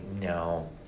no